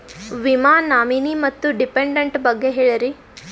ವಿಮಾ ನಾಮಿನಿ ಮತ್ತು ಡಿಪೆಂಡಂಟ ಬಗ್ಗೆ ಹೇಳರಿ?